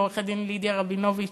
עו"ד לידיה רבינוביץ,